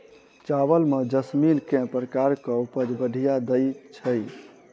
चावल म जैसमिन केँ प्रकार कऽ उपज बढ़िया दैय छै?